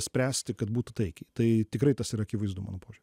spręsti kad būtų taikiai tai tikrai tas yra akivaizdu mano požiūriu